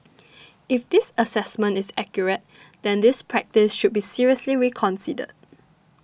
if this assessment is accurate then this practice should be seriously reconsidered